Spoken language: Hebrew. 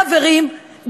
חברים,